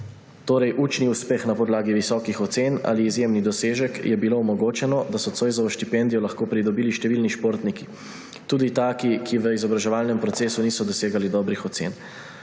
torej učni uspeh na podlagi visokih ocen ali izjemni dosežek, je bilo omogočeno, da so Zoisovo štipendijo lahko pridobili številni športniki. Tudi taki, ki v izobraževalnem procesu niso dosegali dobrih ocen.